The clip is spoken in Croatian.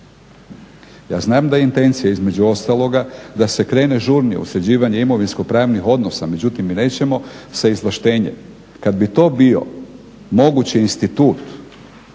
Ja znam da intencije, između ostaloga da se krene žurnije u sređivanje imovinsko pravnih odnosa, međutim mi nećemo sa izvlaštenjem. Kad bi to bio mogući institut,